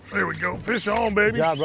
there we go. fish on, baby. ah so